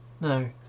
No